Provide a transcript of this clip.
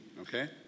Okay